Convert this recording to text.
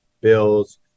Bills